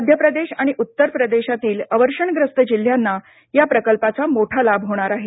मध्य प्रदेश आणि उत्तर प्रदेशातील अवर्षणग्रस्त जिल्ह्यांना या प्रकल्पाचा मोठा लाभ होणार आहे